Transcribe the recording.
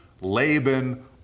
laban